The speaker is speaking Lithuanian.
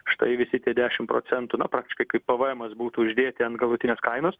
štai visi tie dešim procentų na praktiškai kaip pvemas būtų uždėti ant galutinės kainos